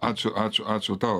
ačiū ačiū ačiū tau